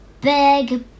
big